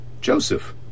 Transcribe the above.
Joseph